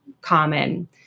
common